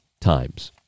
times